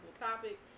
topic